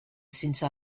since